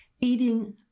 eating